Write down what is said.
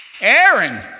Aaron